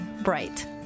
bright